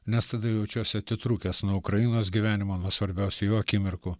nes tada jaučiuosi atitrūkęs nuo ukrainos gyvenimo nuo svarbiausių jo akimirkų